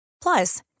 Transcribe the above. Plus